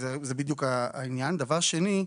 שנית,